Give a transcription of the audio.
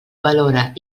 valora